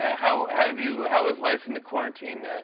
ah how have you how is life in the quarantine?